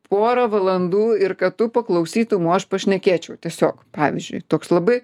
porą valandų ir kad tu paklausytum o aš pašnekėčiau tiesiog pavyzdžiui toks labai